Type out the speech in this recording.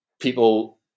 people